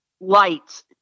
lights